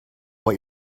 what